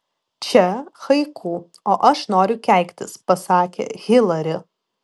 čia haiku o aš noriu keiktis pasakė hilari